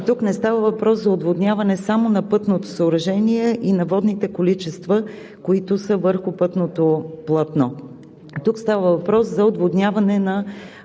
Тук не става въпрос за отводняване само на пътното съоръжение и на водните количества, които са върху пътното платно, тук става въпрос за отводняване на